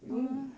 you won't be